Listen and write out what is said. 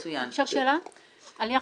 אפשר שאלה על 'יחד',